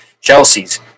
Chelsea's